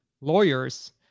lawyers